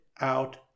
out